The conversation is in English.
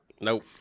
Nope